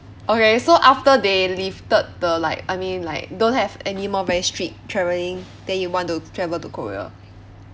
okay so after they lifted the like I mean like don't have any more very strict travelling then you want to travel to korea